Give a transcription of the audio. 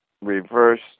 reverse